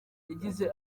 yagize